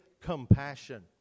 compassion